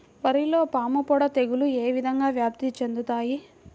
వరిలో పాముపొడ తెగులు ఏ విధంగా వ్యాప్తి చెందుతాయి?